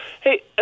hey